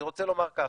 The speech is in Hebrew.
אני רוצה לומר כך,